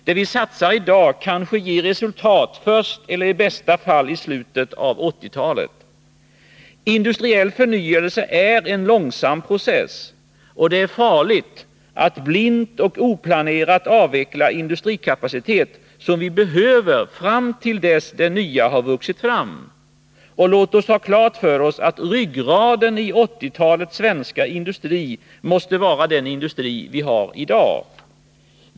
Det vi satsar i dag kanske ger resultat i bästa fall i slutet av 1980-talet. Industriell förnyelse är en långsam process. Det är farligt att blint och oplanerat avveckla industrikapacitet som vi behöver fram till dess att det nya har vuxit fram. Låt oss ha klart för oss att ryggraden i 1980-talets svenska industri måste vara den industri vi har i dag.